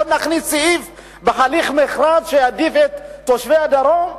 בוא נכניס סעיף בהליך מכרז שיעדיף את תושבי הדרום?